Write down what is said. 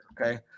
okay